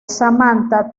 samantha